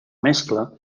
mescla